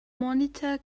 monitor